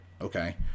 Okay